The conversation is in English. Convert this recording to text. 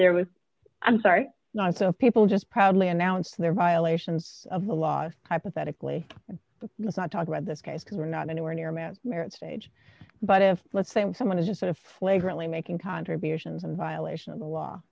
there was i'm sorry not so people just proudly announced their violations of the laws hypothetically let's not talk about this case because we're not anywhere near a man stage but if let's say someone is just sort of flagrantly making contributions and violation of the law